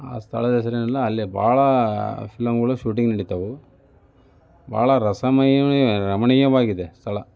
ಆ ಸ್ಥಳದ ಹೆಸರೇನೆಂದರೆ ಅಲ್ಲಿ ಬಹಳ ಫಿಲ್ಮ್ಗಳು ಶೂಟಿಂಗ್ ನಡೀತವೆ ಬಹಳ ರಸಮಯೀ ರಮಣೀಯವಾಗಿದೆ ಸ್ಥಳ